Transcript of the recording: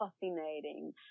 fascinating